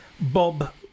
bob